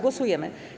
Głosujemy.